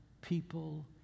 people